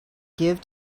give